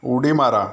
उडी मारा